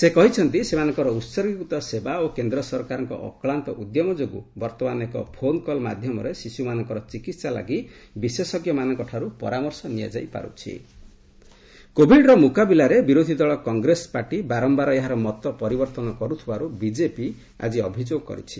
ସେ କହିଛନ୍ତି ସେମାନଙ୍କର ଉହର୍ଗୀକୃତ ସେବା ଓ କେନ୍ଦ୍ର ସରକାରଙ୍କ ଅକ୍ଲାନ୍ତ ଉଦ୍ୟମ ଯୋଗୁଁ ବର୍ତ୍ତମାନ ଏକ ଫୋନ୍କଲ୍ ମାଧ୍ୟମରେ ଶିଶୁମାନଙ୍କର ଚିକିତ୍ସା ଲାଗି ବିଶେଷ ବିଜେପି କଂଗ୍ରେସ କୋବିଡ୍ କୋବିଡ୍ର ମୁକାବିଲାରେ ବିରୋଧୀ ଦଳ କଂଗ୍ରେସ ପାର୍ଟି ବାରମ୍ଭାର ଏହାର ମତ ପରିବର୍ତ୍ତନ କରୁଥିବାର ବିଜେପି ଆଜି ଅଭିଯୋଗ କରିଛି